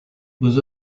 was